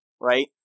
right